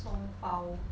装包